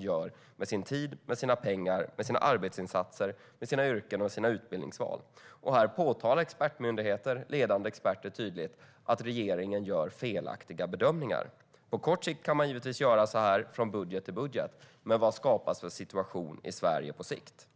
gör med sin tid, sina pengar, sina arbetsinsatser, sina yrken och sina utbildningsval. Här påtalar ledande experter tydligt att regeringen gör felaktiga bedömningar. På kort sikt kan man givetvis göra så här, från budget till budget. Men vad skapar det för situation i Sverige på sikt?